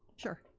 sure.